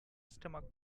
stomach